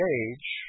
age